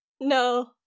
no